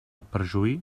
perjuí